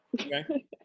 Okay